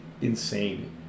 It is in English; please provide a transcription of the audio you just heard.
Insane